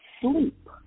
sleep